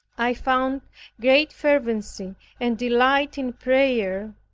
i found great fervency and delight in prayer,